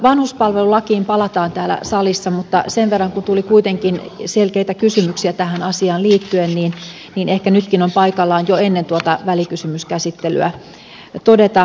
vanhuspalvelulakiin palataan täällä salissa mutta kun tuli kuitenkin selkeitä kysymyksiä tähän asiaan liittyen ehkä sen verran nytkin on paikallaan jo ennen tuota välikysymyskäsittelyä todeta